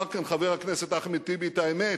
אמר כאן חבר הכנסת אחמד טיבי את האמת.